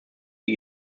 die